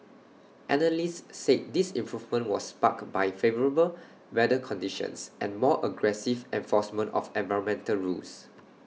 analysts said this info was sparked by favourable weather conditions and more aggressive enforcement of environmental rules